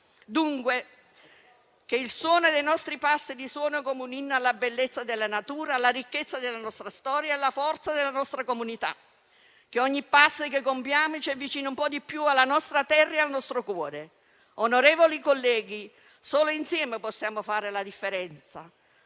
dunque che il suono dei nostri passi risuoni come un inno alla bellezza della natura, alla ricchezza della nostra storia e alla forza della nostra comunità e che ogni passo che compiamo ci avvicini un po' di più alla nostra terra e al nostro cuore. Onorevoli colleghi, solo insieme possiamo fare la differenza.